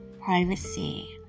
privacy